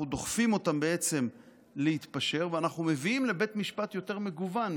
אנחנו דוחפים אותם להתפשר ואנחנו מביאים לבית משפט יותר מגוון,